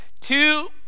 two